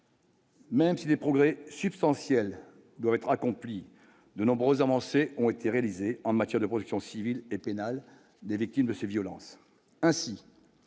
Même si des progrès substantiels doivent être accompli de nombreuses avancées ont été réalisées en matière de protection civile et pénale des victimes de ces violences